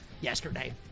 yesterday